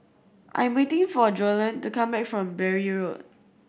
I'm waiting for Joellen to come back from Bury Road